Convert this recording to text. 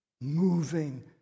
moving